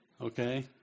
Okay